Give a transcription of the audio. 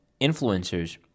influencers